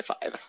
five